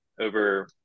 over